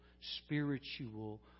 spiritual